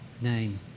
name